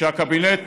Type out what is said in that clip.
שהקבינט